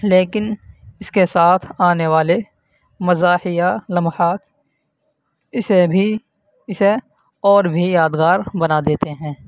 لیکن اس کے ساتھ آنے والے مزاحیہ لمحات اسے بھی اسے اور بھی یادگار بنا دیتے ہیں